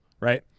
right